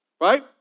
right